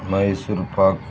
Mysore pak